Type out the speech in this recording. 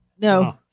No